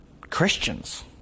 Christians